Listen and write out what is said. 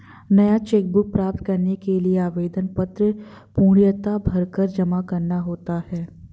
नया cheque book प्राप्त करने के लिए आवेदन पत्र पूर्णतया भरकर जमा करना होता है